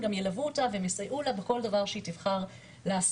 הן ילוו אותה ויסייעו לה בכל דבר היא תבחר לעשות,